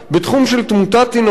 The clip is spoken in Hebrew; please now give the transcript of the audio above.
בתחום של תמותת תינוקות,